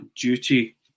duty